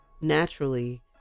naturally